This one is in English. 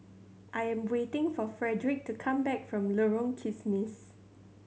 I'm waiting for Fredric to come back from Lorong Kismis